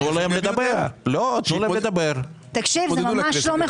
זה לא מכובד.